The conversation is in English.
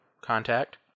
contact